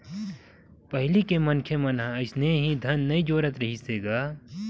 पहिली के मनखे मन ह अइसने ही धन नइ जोरत रिहिस हवय गा